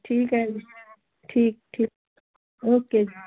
ਠੀਕ ਹੈ ਜੀ ਠੀਕ ਠੀਕ ਓਕੇ ਜੀ